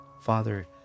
Father